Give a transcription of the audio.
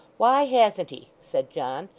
why hasn't he said john,